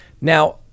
Now